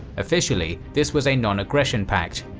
officially this was a non-aggression pact,